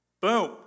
Boom